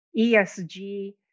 ESG